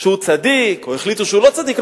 שהוא צדיק או החליטו שהוא לא צדיק,